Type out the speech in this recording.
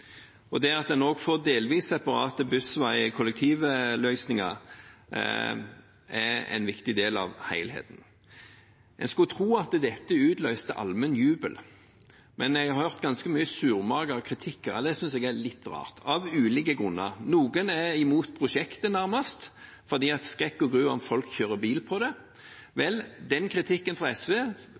km. Det at en også får delvis separat bussvei/kollektivfelt, er en viktig del av helheten. En skulle tro at dette utløste allmenn jubel, men jeg har hørt ganske mye surmaget kritikk, av ulike grunner, og det synes jeg er litt rart. Noen er imot prosjektet nærmest fordi – skrekk og gru – folk kjører bil der. Vel, den kritikken fra SV